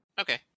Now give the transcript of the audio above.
Okay